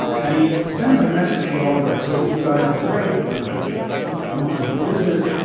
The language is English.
and he sends a message, the oligarchs, look, you guys are great. you're you're. you know how to do business.